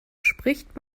spricht